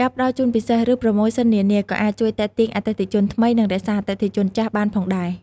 ការផ្ដល់ជូនពិសេស ឬប្រូម៉ូសិននានា ក៏អាចជួយទាក់ទាញអតិថិជនថ្មី និងរក្សាអតិថិជនចាស់បានផងដែរ។